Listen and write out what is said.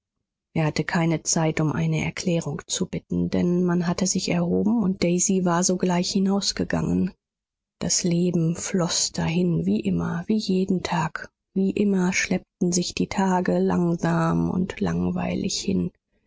er hatte keine zeit um eine erklärung zu bitten denn man hatte sich erhoben und daisy war sogleich hinausgegangen das leben floß dahin wie immer wie jeden tag wie immer schleppten sich die tage langsam und langweilig hin